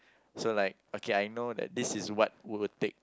so like okay I know that this is what would take